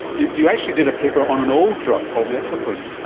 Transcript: you you actually did a paper on an old drug called mefloquine.